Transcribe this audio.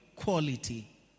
Quality